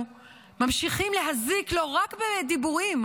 ממשיכים להזיק לאינטרסים של ישראל לא רק בדיבורים,